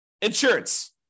insurance